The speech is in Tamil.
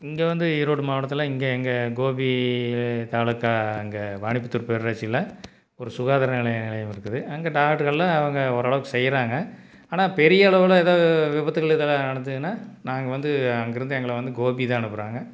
இங்கே வந்து ஈரோடு மாவட்டத்தில் இங்கே எங்கள் கோபி தாலுகா இங்கே வாணிபுத்தூர் பேரூராட்சியில ஒரு சுகாதார நிலையம் இருக்குது அங்கே டாக்ட்ருகெல்லாம் அவங்க ஓரளவுக்கு செய்யறாங்க ஆனால் பெரிய அளவில் ஏதோ விபத்துகள் எதுனா நடந்துதுனா நாங்கள் வந்து அங்கே இருந்து எங்களை வந்து கோபி தான் அனுப்புறாங்க